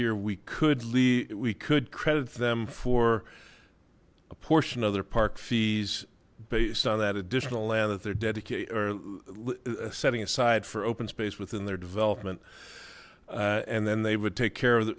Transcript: here we could leave we could credit them for a portion of their park fees based on that additional land that they're dedicated setting aside for open space within their development and then they would take care of that